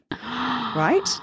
Right